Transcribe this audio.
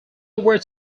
were